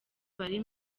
bari